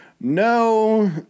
no